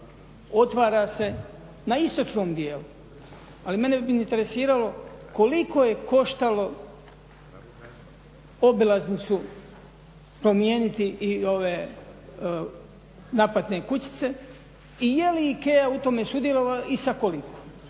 Otvara se na istočnom dijelu. Ali mene bi interesiralo koliko je koštalo obilaznicu promijeniti i ove naplatne kućice i jeli IKEA u tom sudjelovala i sa koliko